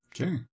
Okay